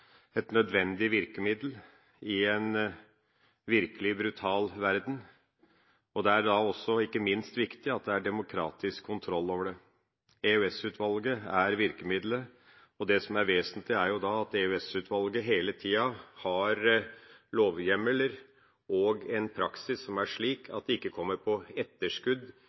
virkelig, brutal verden, og det er ikke minst viktig at det er demokratisk kontroll over det. EOS-utvalget er virkemiddelet, og det som er vesentlig, er at EOS-utvalget hele tida har lovhjemler og en praksis som er slik at det ikke kommer på etterskudd